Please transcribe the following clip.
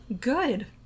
Good